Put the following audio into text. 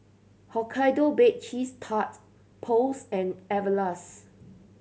Hokkaido Baked Cheese Tart Post and Everlast